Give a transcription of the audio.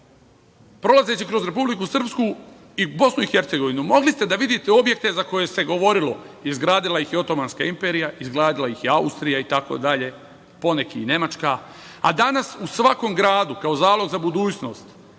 prolazeći kroz Republiku Srpsku i BiH, mogli ste da vidite objekte za koje se govorilo – izgradila ih je otomanska imperija, izgradila ih je Austrija itd, poneki i Nemačka, a danas u svakom gradu, kao zalog za budućnost,